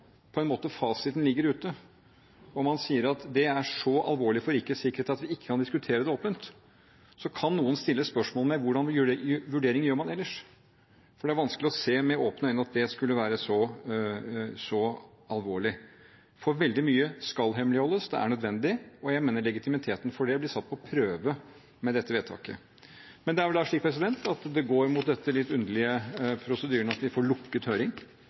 ligger ute og man sier at det er så alvorlig for rikets sikkerhet at vi ikke kan diskutere det åpent, kan noen stille spørsmål ved hva slags vurderinger man gjør ellers. For det er vanskelig å se med åpne øyne at det skulle være så alvorlig. Veldig mye skal hemmeligholdes, det er nødvendig, og jeg mener legitimiteten for det blir satt på prøve med dette vedtaket. Det er vel da slik at det går mot denne litt underlige prosedyren at vi får en lukket høring